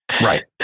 Right